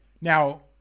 Now